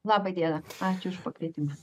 laba diena ačiū už pakvietimą